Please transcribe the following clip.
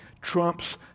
trumps